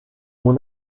mon